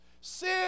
Sin